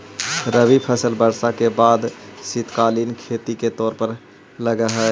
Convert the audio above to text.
रबी फसल वर्षा के बाद शीतकालीन खेती के तौर पर लगऽ हइ